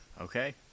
Okay